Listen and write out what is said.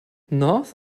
north